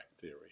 theory